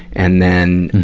and then,